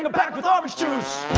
back with orange juice.